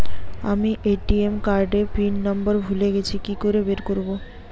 আমি ATM card এর pin নম্বর ভুলে গেছি কি করে বের করব?